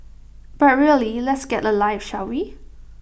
but really let's get A life shall we